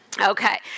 Okay